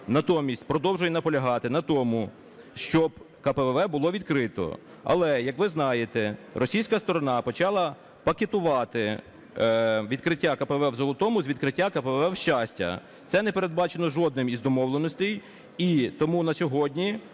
натомість продовжує наполягати на тому, щоб КПВВ було відкрито. Але, як ви знаєте, російська сторона почала пакетувати відкриття КПВВ в Золотому з відкриттям КПВВ в Щасті. Це не передбачено жодною із домовленостей.